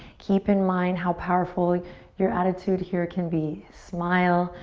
keep in mind how powerful your attitude here can be. smile,